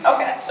Okay